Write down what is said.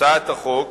הצעת החוק,